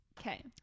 Okay